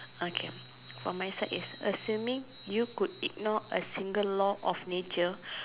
okay from my side is assuming you could ignore a single law of nature